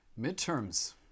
midterms